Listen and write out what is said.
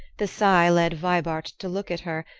the sigh led vibart to look at her,